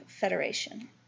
Federation